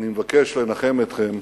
אני מבקש לנחם אתכם,